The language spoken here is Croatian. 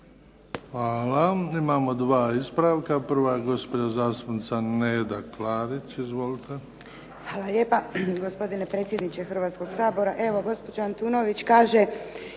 Hvala. Imamo dva ispravka. Prva je gospođa zastupnica Neda Klarić. Izvolite. **Klarić, Nedjeljka (HDZ)** Hvala lijepa gospodine predsjedniče Hrvatskog sabora. Evo gospođa Antunović kaže